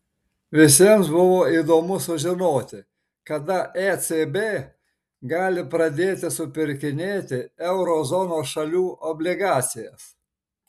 visiems buvo įdomu sužinoti kada ecb gali pradėti supirkinėti euro zonos šalių obligacijas